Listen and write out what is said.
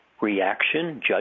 reaction